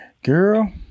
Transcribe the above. Girl